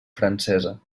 francesa